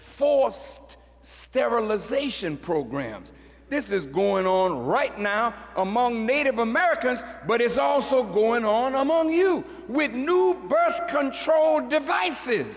force sterilization programs this is going on right now among native americans but it's also going on among you with new birth control devices